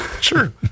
Sure